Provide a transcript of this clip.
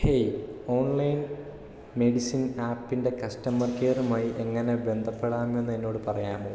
hey online medicine ആപ്പിന്റെ customer കെയറുമായി എങ്ങനെ ബന്ധപ്പെടാമെന്ന് എന്നോട് പറയാമോ